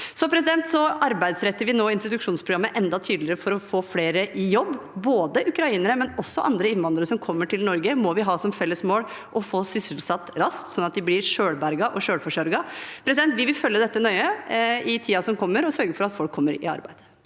faktisk ikke. Vi arbeidsretter nå introduksjonsprogrammet enda tydeligere for å få flere i jobb. Både ukrainere og andre innvandrere som kommer til Norge, må vi ha som felles mål å få sysselsatt raskt, sånn at de blir selvberget og selvforsørget. Vi vil følge dette nøye i tiden som kommer, og sørge for at folk kommer i arbeid.